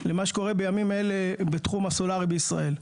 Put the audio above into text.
למה שקורה בימים אלה בתחום הסולרי בישראל.